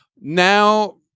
Now